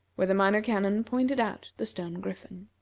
where the minor canon pointed out the stone griffin.